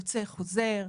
יוצא - חוזר,